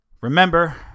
Remember